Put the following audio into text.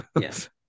Yes